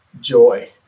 joy